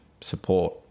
support